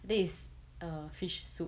this is a fish soup